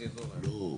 לא.